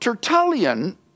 Tertullian